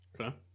Okay